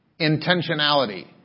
Intentionality